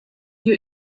you